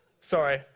Sorry